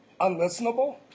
unlistenable